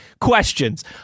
questions